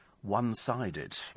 one-sided